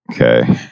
Okay